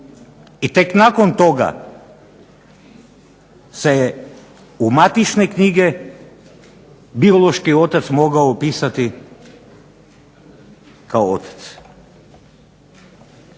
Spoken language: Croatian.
I tek nakon toga se je u matične knjige biološki otac mogao upisati kao otac.